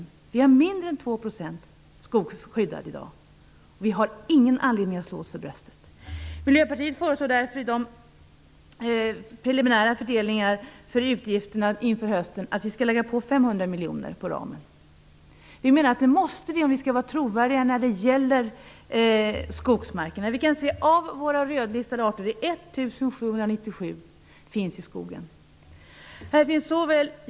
I Sverige är i dag mindre än 2 % av skogen skyddad. Vi har ingen anledning att slå oss för bröstet. Miljöpartiet föreslår i den preliminära fördelningen av utgifter inför hösten att vi skall lägga på 500 miljoner på ramen för Miljödepartementet. Det måste vi om vi skall vara trovärdiga när det gäller skogsmarkerna. Av våra rödlistade arter finns 1 797 i skogen.